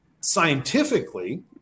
scientifically